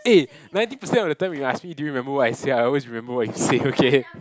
eh ninety percent of the time you ask me do you remember what I say I always remember what you say okay